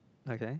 like that